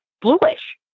bluish